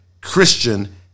Christian